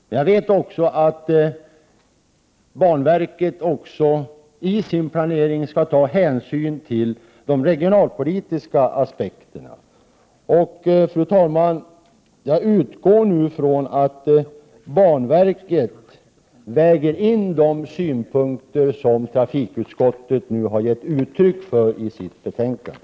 Men jag vet också att banverket i sin planering skall ta hänsyn till de regionalpolitiska aspekterna. Fru talman! Jag utgår nu från att banverket väger in de synpunkter som trafikutskottet har gett uttryck för i sitt betänkande.